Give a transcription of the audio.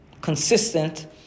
consistent